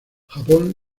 japón